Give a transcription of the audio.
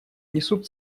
несут